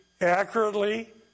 accurately